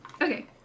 Okay